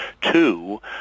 Two